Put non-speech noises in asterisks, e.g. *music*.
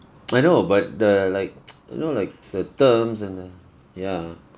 I know *noise* but the like *noise* you know like the terms and the ya